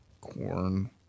Corn